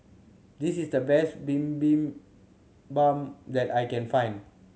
this is the best Bibimbap that I can find